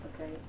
Okay